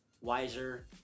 wiser